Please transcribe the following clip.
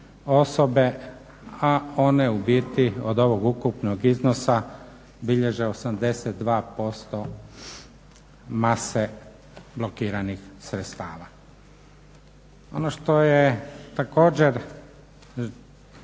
a one ubiti od ovog ukupnog iznosa bilježe 82% mase blokiranih sredstava. Ono što je također